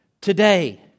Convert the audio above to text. today